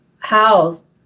House